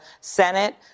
Senate